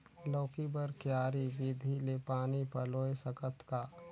लौकी बर क्यारी विधि ले पानी पलोय सकत का?